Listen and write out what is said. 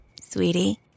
Sweetie